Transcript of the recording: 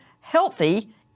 healthy